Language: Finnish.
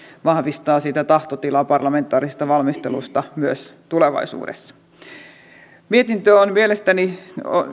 vahvistaa tahtotilaa parlamentaarisesta valmistelusta myös tulevaisuudessa mietintö on mielestäni